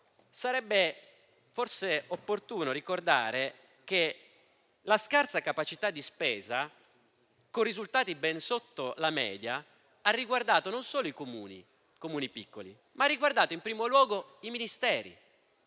Sarebbe forse opportuno ricordare che la scarsa capacità di spesa, con risultati ben sotto la media, ha riguardato non solo i Comuni piccoli, ma in primo luogo i Ministeri.